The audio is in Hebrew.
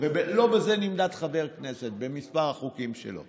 אתה יודע, גם חוקים שבסוף הממשלה לקחה אותם,